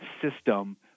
system